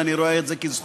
ואני רואה את זה כזכות,